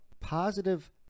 positive